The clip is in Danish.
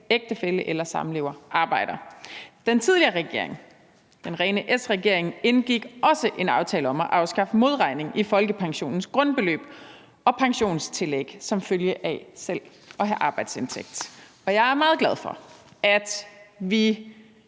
ægtefælle eller samlever arbejder. Den tidligere regering – den rene S-regering – indgik også en aftale om at afskaffe modregningen i folkepensionens grundbeløb og pensionstillæg som følge af det selv at have en arbejdsindtægt, og jeg er meget glad for, at vi